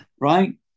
right